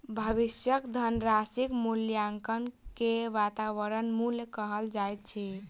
भविष्यक धनराशिक मूल्याङकन के वर्त्तमान मूल्य कहल जाइत अछि